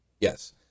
Yes